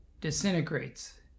disintegrates